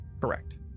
Correct